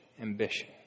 ambition